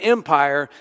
Empire